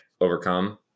overcome